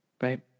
Right